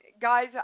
guys